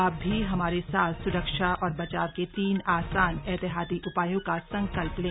आप भी हमारे साथ स्रक्षा और बचाव के तीन आसान एहतियाती उपायों का संकल्प लें